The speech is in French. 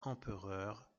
empereurs